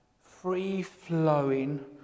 free-flowing